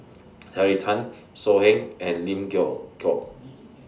Terry Tan So Heng and Lim Geok